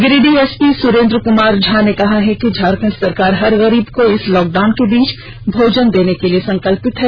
Giridih SP Surendra Kumar Jha ने कहा कि झारखंड सरकार हर गरीब को इस लॉक डाउन के बीच भोजन देने के लिए संकल्पित है